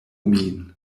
min